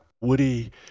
Woody